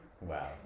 Wow